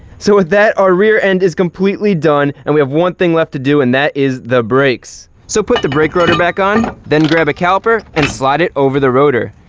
so with that, our rear end is completely done, and we have one thing left to do, and that is the brakes! so put the brake rotor back on, then grab a caliper and slide it over the rotor.